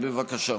בבקשה.